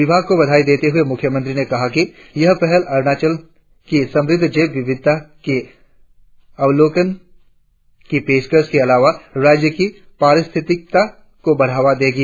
विभाग को बधाई देते हुए मुख्यमंत्री ने कहा कि यह पहल अरुणाचल की समृद्ध जैव विविधता के अवलोकन की पेशकश के अलावा राज्य में पारिस्थितिकता को बढ़ावा देगी